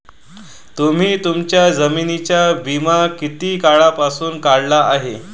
तुम्ही तुमच्या जमिनींचा विमा किती काळापासून काढला आहे?